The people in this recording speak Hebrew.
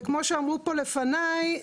וכמו שאמרו פה לפניי,